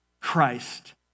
Christ